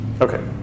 okay